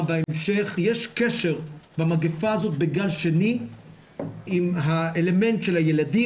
בהמשך יש קשר במגפה הזאת בגל שני עם האלמנט של הילדים,